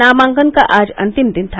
नामांकन का आज अंतिम दिन था